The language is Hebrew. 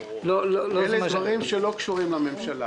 אלה דברים שלא קשורים לממשלה.